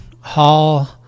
Hall